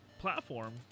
platform